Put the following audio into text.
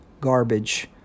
garbage